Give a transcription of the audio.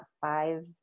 five